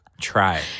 Try